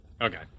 okay